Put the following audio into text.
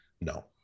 no